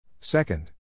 Second